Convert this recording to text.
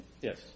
Yes